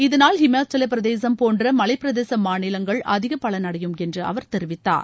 இதனால் ஹிமாச்சலப்பிரதேசம் போன்றமலைப்பிரதேசமாநிலங்கள் அதிகபலன் அடையும் என்றுஅவர் தெரிவித்தார்